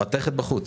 המתכת בחוץ.